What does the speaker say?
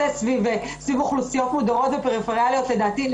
סביב אוכלוסיות מודרות ופריפריאליות לדעתי,